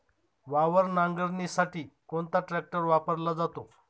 वावर नांगरणीसाठी कोणता ट्रॅक्टर वापरला जातो?